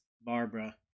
Barbara